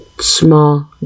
small